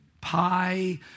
pie